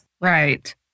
Right